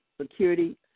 Security